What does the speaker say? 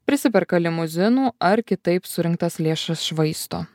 prisiperka limuzinų ar kitaip surinktas lėšas švaisto